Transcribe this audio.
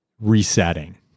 resetting